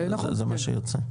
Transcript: זה מה שיוצא.